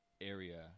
area